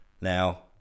Now